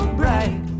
bright